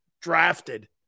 drafted